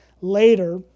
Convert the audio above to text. later